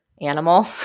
animal